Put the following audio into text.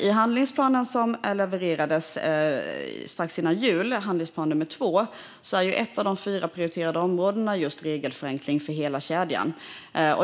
I handlingsplanen som levererades strax före jul, handlingsplan nummer två, är ett av de fyra prioriterade områdena just regelförenkling för hela kedjan.